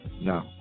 No